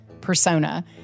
persona